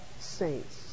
saints